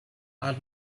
are